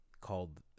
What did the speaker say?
called